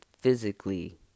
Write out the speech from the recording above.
Physically